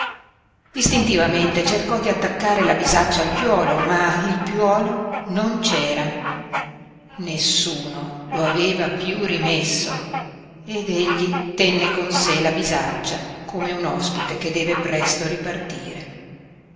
istintivamente cercò di attaccare la bisaccia al piuolo ma il piuolo non c'era nessuno lo aveva piú rimesso ed egli tenne con sé la bisaccia come un ospite che deve presto ripartire